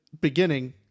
beginning